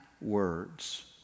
words